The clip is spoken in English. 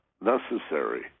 necessary